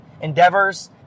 endeavors